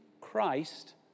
Christ